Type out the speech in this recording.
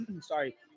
sorry